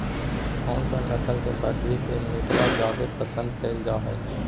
कौन सा नस्ल के बकरी के मीटबा जादे पसंद कइल जा हइ?